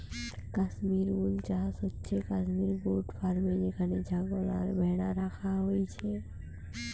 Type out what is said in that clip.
Kashmir wool চাষ হচ্ছে Kashmir goat ফার্মে যেখানে ছাগল আর ভ্যাড়া রাখা হইছে